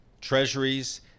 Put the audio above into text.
treasuries